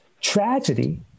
tragedy